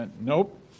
Nope